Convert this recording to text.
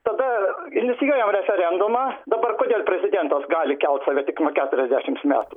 tada inicijuojam referendumą dabar kodėl prezidentas gali kelt save tik nuo keturiasdešims metų